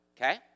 okay